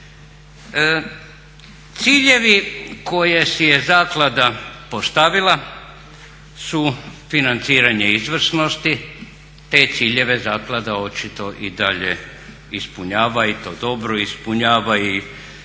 Ciljevi koje si je zaklada postavila su financiranje izvrsnosti. Te ciljeve zaklada očito i dalje ispunjava i to dobro ispunjava i